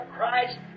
Christ